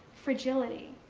fragility.